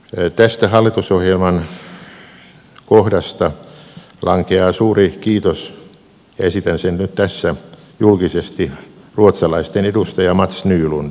tästä hallitusohjelman kohdasta lankeaa suuri kiitos esitän sen nyt tässä julkisesti ruotsalaisten edustaja mats nylundille